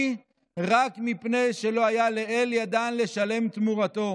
רק מפני שלא היה לאל ידן לשלם תמורתו.